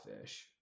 fish